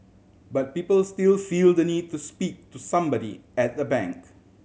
but people still feel the need to speak to somebody at the bank